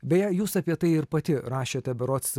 beje jūs apie tai ir pati rašėte berods